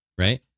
Right